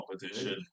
competition